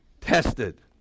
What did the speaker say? tested